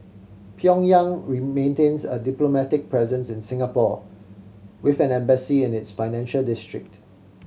Pyongyang maintains a diplomatic presence in Singapore with an embassy in its financial district